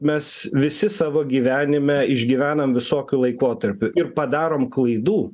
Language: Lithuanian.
mes visi savo gyvenime išgyvenam visokių laikotarpių ir padarom klaidų